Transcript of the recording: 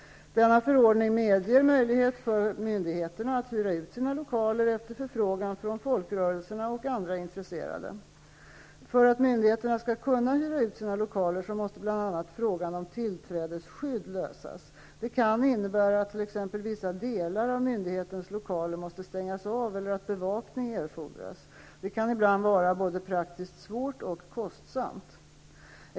Denna förordning medger möjlighet för myndigheterna att hyra ut sina lokaler efter förfrågan från folkrörelserna och andra intresserade. För att myndigheterna skall kunna hyra ut sina lokaler måste bl.a. frågan om tillträdesskydd lösas. Det kan innebära att t.ex. vissa delar av myndightens lokaler måste stängas av och att bevakning erfordras. Det kan ibland vara både praktiskt svårt och kostsamt.